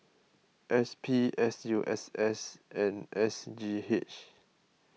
S P S U S S and S G H